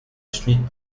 schmid